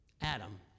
Adam